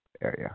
area